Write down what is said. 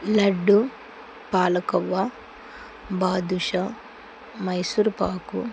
laddu palkova badusha Mysore pak